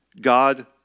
God